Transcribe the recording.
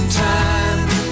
time